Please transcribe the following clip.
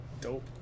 dope